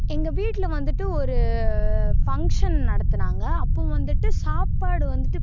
எங்கள் வீட்டில வந்துட்டு ஒரு ஃபங்க்ஷன் நடத்துனாங்க அப்போ வந்துட்டு சாப்பாடு வந்துட்டு